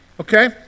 Okay